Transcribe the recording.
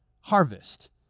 harvest